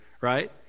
right